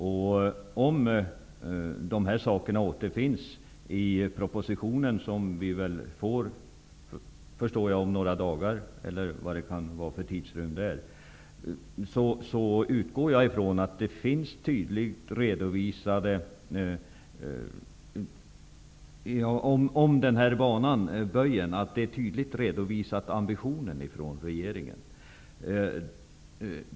Jag utgår från att dessa frågor redovisas i den proposition som vi väl får om några dagar -- jag vet inte hur tidsplaneringen ser ut -- och från att man där kommer att tydligt redovisa regeringens ambitioner beträffande den s.k. norra böjen.